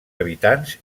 habitants